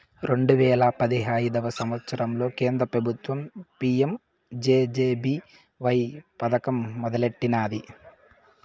రెండు వేల పదహైదు సంవత్సరంల కేంద్ర పెబుత్వం పీ.యం జె.జె.బీ.వై పదకం మొదలెట్టినాది